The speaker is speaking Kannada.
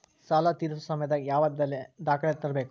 ಸಾಲಾ ತೇರ್ಸೋ ಸಮಯದಾಗ ಯಾವ ದಾಖಲೆ ತರ್ಬೇಕು?